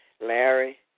Larry